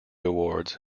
awards